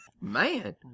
Man